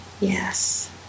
Yes